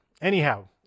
anyhow